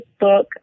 Facebook